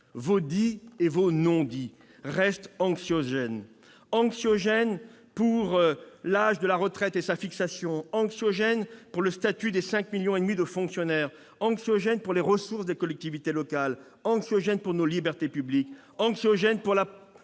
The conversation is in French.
vos dits et vos non-dits restent anxiogènes, anxiogènes pour l'âge de la retraite et sa fixation, anxiogènes pour le statut des cinq millions et demi de fonctionnaires, anxiogènes pour les ressources des collectivités locales, anxiogènes pour nos libertés publiques, anxiogènes pour la